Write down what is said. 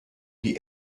die